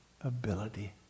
ability